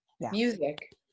music